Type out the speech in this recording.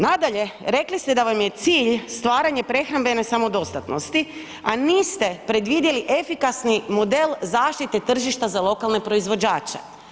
Nadalje, rekli ste da vam je cilj stvaranje prehrambene samodostatnosti, a niste predvidjeli efikasni model zaštite tržišta za lokalne proizvođače.